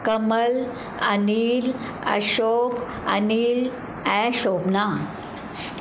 कमल अनील अशोक अनील ऐं शोभना